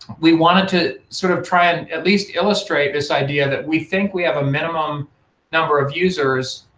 we wanted to sort of try and at least illustrate this idea that we think we have a minimum number of users,